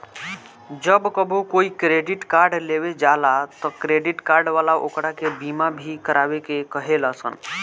जब कबो कोई क्रेडिट कार्ड लेवे जाला त क्रेडिट कार्ड वाला ओकरा के बीमा भी करावे के कहे लसन